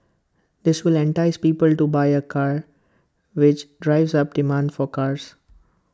this will entice people to buy A car which drives up demand for cars